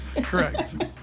Correct